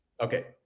Okay